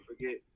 forget